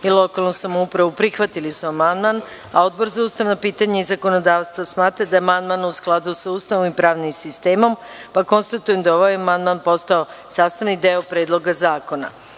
i lokalnu samoupravu prihvatio amandman. Odbor za ustavna pitanja i zakonodavstvo smatra da je amandman u skladu sa Ustavom i pravnim sistemom. Konstatujem da je ovaj amandman postao sastavni deo Predloga zakona. Da